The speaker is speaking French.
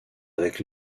avec